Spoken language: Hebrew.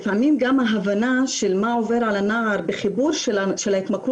לפעמים גם ההבנה של מה עובר על הנער בחיבור של ההתמכרות,